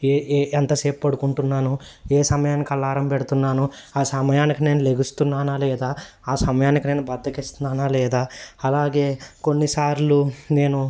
ఏ ఏ ఎంతసేపు పడుకుంటున్నాను ఏ సమయానికి అలారం పెడుతున్నాను ఆ సమయానికి నేను ెగుస్తున్నానా లేదా ఆ సమయానికి నేను బద్దకిస్తున్నానా లేదా అలాగే కొన్నిసార్లు నేను